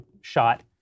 shot